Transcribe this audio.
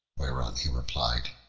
whereon he replied,